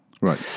Right